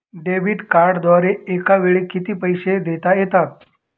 Debit कार्डद्वारे एकावेळी किती पैसे देता येतात?